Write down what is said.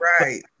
Right